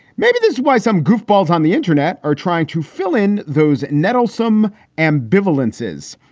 maybe that's why some goofballs on the internet are trying to fill in those nettlesome ambivalences.